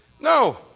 No